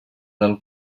del